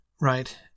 right